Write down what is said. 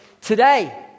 Today